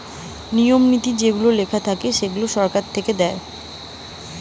নিয়ম নীতি যেগুলা লেখা থাকে সরকার থেকে দিয়ে